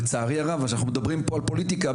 לצערי הרב שאנחנו מדברים פה על פוליטיקה,